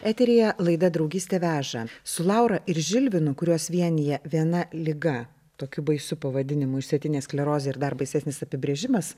eteryje laida draugystė veža su laura ir žilvinu kuriuos vienija viena liga tokiu baisiu pavadinimu išsėtinė sklerozė ir dar baisesnis apibrėžimas